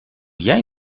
jij